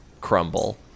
crumble